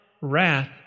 wrath